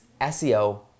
SEO